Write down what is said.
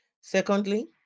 Secondly